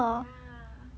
ya